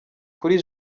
kuri